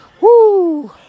Woo